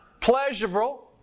pleasurable